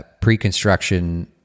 pre-construction